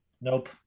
nope